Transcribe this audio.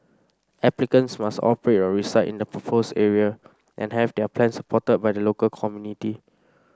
applicants must operate or reside in the proposed area and have their plans supported by the local community